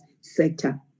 sector